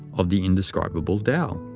of the indescribable tao.